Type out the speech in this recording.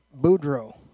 Boudreaux